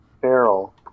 barrel